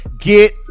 Get